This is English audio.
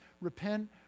repent